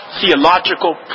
theological